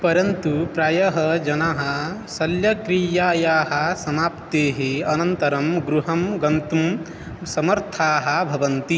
परन्तु प्रायः जनाः शल्यक्रियायाः समाप्तेः अनन्तरं गृहं गन्तुं समर्थाः भवन्ति